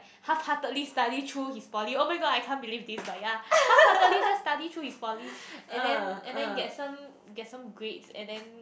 halfheartedly study through his poly oh-my-god I can't believe this but ya halfheartedly just study study through his poly and then and then get some get some grades and then